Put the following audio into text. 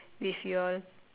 with y'all